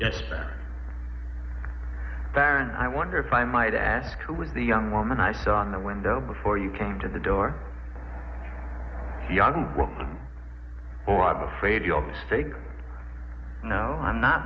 baron i wonder if i might ask who was the young woman i saw in the window before you came to the door young woman oh i'm afraid you're mistaken no i'm not